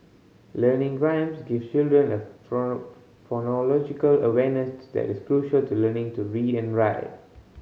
learning rhymes give children a phonological awareness that is crucial to learning to read and write